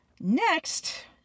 Next